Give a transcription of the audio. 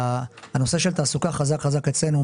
הנושא של תעסוקה חזק-חזק אצלנו,